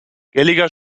gallagher